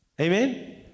Amen